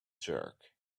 jerk